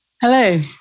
Hello